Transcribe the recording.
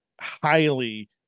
highly